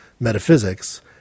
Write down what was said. metaphysics